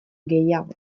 gehiago